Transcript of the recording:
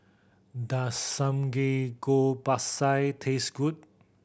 does Samgeyopsal taste good